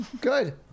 good